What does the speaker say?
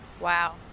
Wow